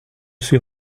ces